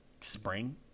spring